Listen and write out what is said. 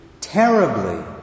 terribly